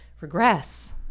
regress